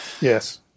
Yes